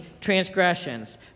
transgressions